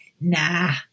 Nah